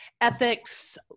ethics